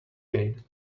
gain